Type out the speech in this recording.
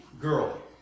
girl